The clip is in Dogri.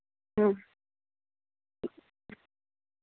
अं